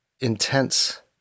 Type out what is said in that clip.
intense